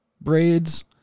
braids